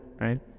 right